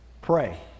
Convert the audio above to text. pray